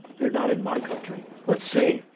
they're not in my country. let's see.